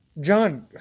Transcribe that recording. John